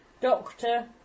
Doctor